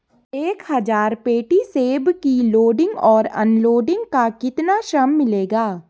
एक हज़ार पेटी सेब की लोडिंग और अनलोडिंग का कितना श्रम मिलेगा?